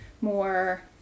more